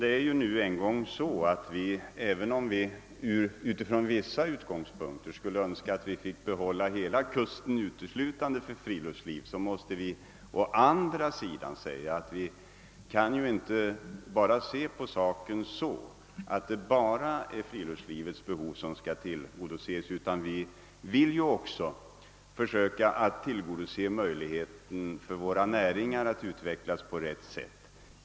Det är nu en gång så, att även om det från vissa utgångspunkter vore önskvärt att hela kusten uteslutande fick användas för friluftslivets behov, så kan vi inte se saken enbart på detta sätt. Det är inte bara friluftslivets ändamål som skall tillgodoses, utan också vårt näringslivs behov att utvecklas på rätt sätt.